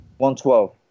112